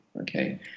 okay